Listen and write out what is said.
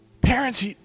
parents